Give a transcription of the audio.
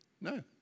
No